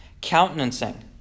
countenancing